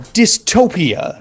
dystopia